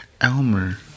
Elmer